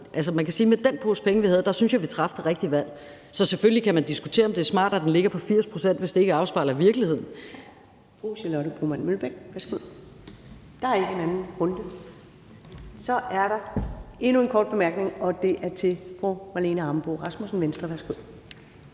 Og man kan sige, at med den pose penge, vi havde, synes jeg vi traf det rigtige valg. Så selvfølgelig kan man diskutere, om det er smartere, at den ligger på 80 pct., hvis det ikke afspejler virkeligheden.